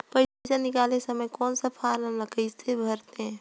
पइसा निकाले समय कौन सा फारम ला कइसे भरते?